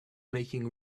making